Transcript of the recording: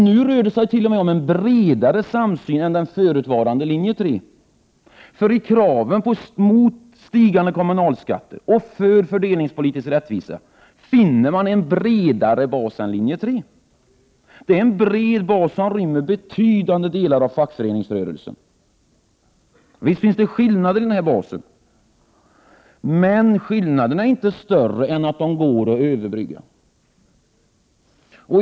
Nu rör det sig t.o.m. om en bredare samsyn än den i förutvarande linje 3. I kraven på åtgärder mot stigande kommunalskatter och för fördelningspolitisk rättvisa finner man en bredare bas än hos linje 3, en bred bas som rymmer betydande delar av fackföreningsrörelsen. Visst finns det skillnader inom denna bas, men skillnaderna är inte större än de går att överbrygga.